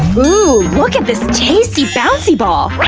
ohhh, look at this tasty bouncy ball!